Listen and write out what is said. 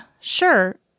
sure